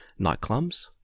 nightclubs